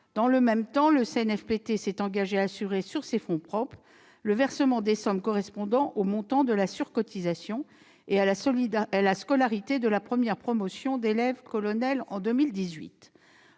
Dans le même temps, le CNFPT s'est engagé à assurer sur ses fonds propres le versement des sommes correspondant au montant de la sur-cotisation et à la scolarité de la première promotion d'élèves-colonels en 2018.